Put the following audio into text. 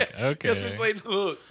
Okay